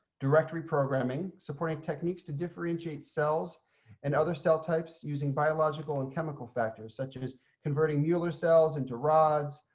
direct reprogramming supporting techniques to differentiate cells and other cell types, using biological and chemical factors such as converting mueller cells into rods,